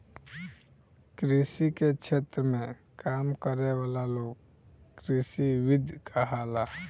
कृषि के क्षेत्र में काम करे वाला लोग कृषिविद कहाला